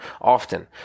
often